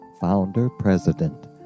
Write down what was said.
founder-president